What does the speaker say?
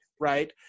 right